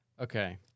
Okay